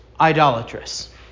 idolatrous